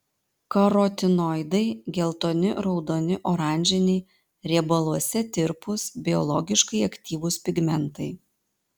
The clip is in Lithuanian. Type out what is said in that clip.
karotinoidai geltoni raudoni oranžiniai riebaluose tirpūs biologiškai aktyvūs pigmentai